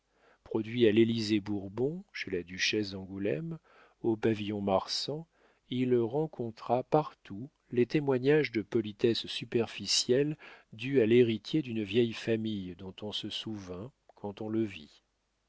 produit à l'élysée-bourbon chez la duchesse d'angoulême au pavillon marsan il rencontra partout les témoignages de politesse superficielle dus à l'héritier d'une vieille famille dont on se souvint quand on le vit